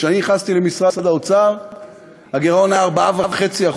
כשאני נכנסתי למשרד האוצר הגירעון היה 4.5%,